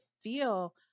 feel